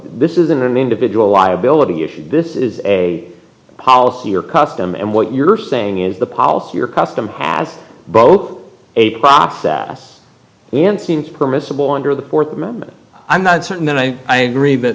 this is an individual liability issue this is a policy or custom and what you're saying is the policy or custom has both a process and seems permissible under the fourth amendment i'm not certain that i agree but